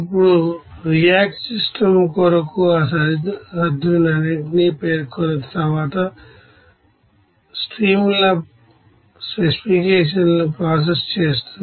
ఇప్పుడు react system కొరకు ఆ సరిహద్దులన్నింటినీ పేర్కొన్న తరువాత స్ట్రీమ్ ల స్పెసిఫికేషన్లను ప్రాసెస్ చేస్తుంది